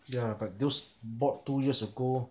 ya but those bought two years ago